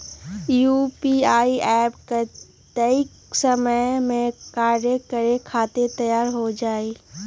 UPI app कतेइक समय मे कार्य करे खातीर तैयार हो जाई?